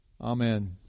Amen